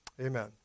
Amen